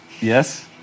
Yes